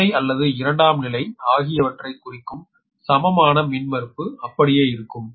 முதன்மை அல்லது இரண்டாம் நிலை ஆகியவற்றைக் குறிக்கும் சமமான மின்மறுப்பு அப்படியே இருக்கும்